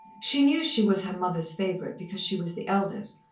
she knew she was her mother's favourite, because she was the eldest,